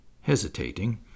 Hesitating